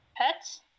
Pets